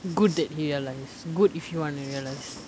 good that he realise good if he wanna realise